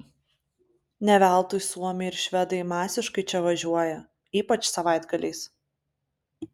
ne veltui suomiai ir švedai masiškai čia važiuoja ypač savaitgaliais